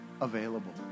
available